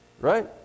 Right